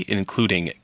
including